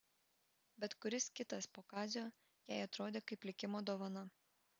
bet kuris kitas po kazio jai atrodė kaip likimo dovana